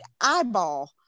eyeball